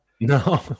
no